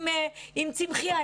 עם צמחייה,